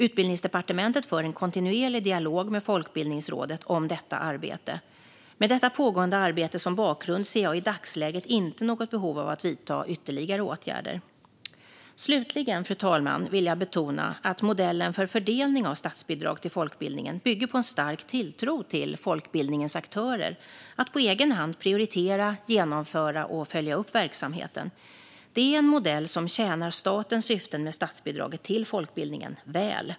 Utbildningsdepartementet för en kontinuerlig dialog med Folkbildningsrådet om detta arbete. Med detta pågående arbete som bakgrund ser jag i dagsläget inte något behov av att vidta ytterligare åtgärder. Fru talman! Slutligen vill jag betona att modellen för fördelning av statsbidrag till folkbildningen bygger på en stark tilltro till folkbildningens aktörer att på egen hand prioritera, genomföra och följa upp verksamheten. Det är en modell som tjänar statens syften med statsbidraget till folkbildningen väl.